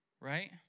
right